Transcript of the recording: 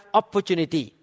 opportunity